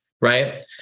right